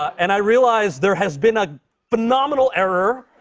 and i realize there has been a phenomenal error.